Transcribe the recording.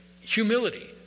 Humility